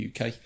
UK